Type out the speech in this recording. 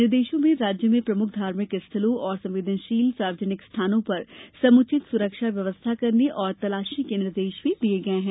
निर्देशों में राज्य में प्रमुख धार्मिक स्थलों और संवेदनशील सार्वजनिक स्थानों पर समुचित सुरक्षा व्यवस्था करने और तलाशी के निर्देश भी दिए गए हैं